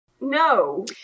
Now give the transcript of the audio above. no